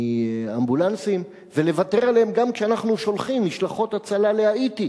מאמבולנסים ולוותר עליהם גם כשאנחנו שולחים משלחות הצלה להאיטי.